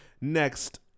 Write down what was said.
Next